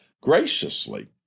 graciously